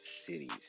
cities